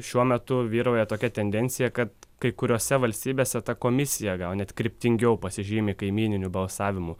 šiuo metu vyrauja tokia tendencija kad kai kuriose valstybėse ta komisija gal net kryptingiau pasižymi kaimyniniu balsavimu